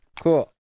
cool